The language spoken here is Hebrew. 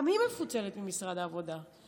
גם היא מפוצלת ממשרד העבודה.